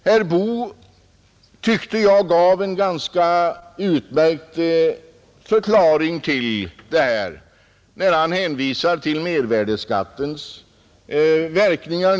Herr Boo gav, enligt min mening, en ganska utmärkt förklaring till dessa frågor när han hänvisade till mervärdeskattens verkningar.